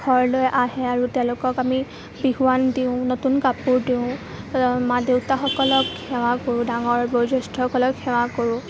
ঘৰলৈ আহে আৰু তেওঁলোকক আমি বিহুৱান দিওঁ নতুন কাপোৰ দিওঁ মা দেউতাসকলক সেৱা কৰোঁ ডাঙৰ বয়োজ্যেষ্ঠসকলক সেৱা কৰোঁ